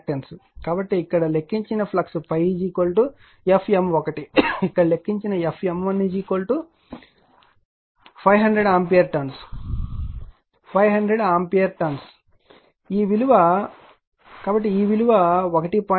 కాబట్టి ఇక్కడ లెక్కించిన ∅ Fm1 ఇక్కడ లెక్కించిన Fm1 500 ampere turns 500 ampere turns ఈ విలువ కాబట్టి ఈ విలువ 1